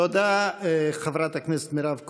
תודה, חברת הכנסת מירב כהן.